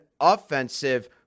offensive